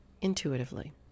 intuitively